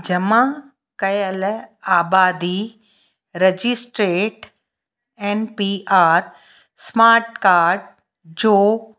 जमा कयल आबादी रजिस्ट्रेट N P R smart card जो